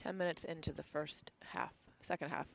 ten minutes into the first half second half